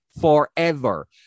forever